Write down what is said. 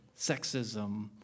sexism